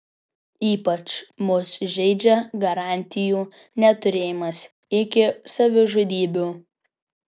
ypač mus žeidžia garantijų neturėjimas iki savižudybių